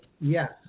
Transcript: yes